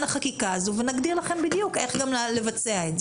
החקיקה הזו ונגדיר לכם בדיוק איך לבצע את זה.